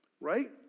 Right